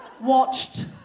watched